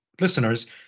listeners